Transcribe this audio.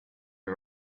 you